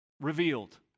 revealed